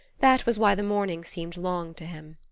that was why the morning seemed long to him.